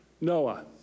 Noah